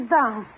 down